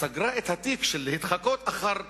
סגרה את התיק של התחקות אחר תנועותיו,